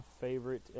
favorite